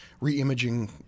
re-imaging